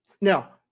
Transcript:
Now